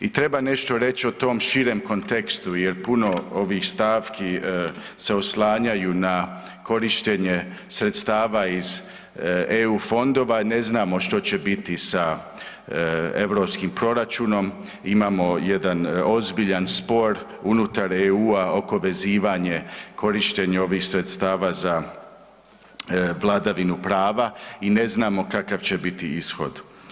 I treba nešto reći o tom širem kontekstu jer puno ovih stavki se oslanjaju na korištenje sredstava iz eu fondova, ne znamo što će biti sa europskim proračunom, imamo jedan ozbiljan spor unutar EU oko vezivanja korištenja ovih sredstava za vladavinu prava i ne znamo kakav će biti ishod.